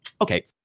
okay